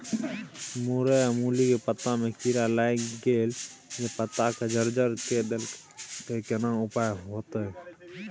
मूरई आ मूली के पत्ता में कीरा लाईग गेल जे पत्ता के जर्जर के देलक केना उपाय होतय?